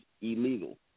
illegal